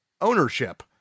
ownership